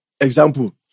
Example